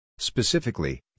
Specifically